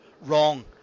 wrong